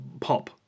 pop